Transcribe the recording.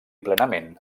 plenament